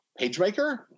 PageMaker